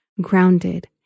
grounded